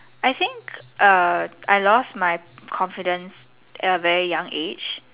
I think err I lost my confidence at a very young age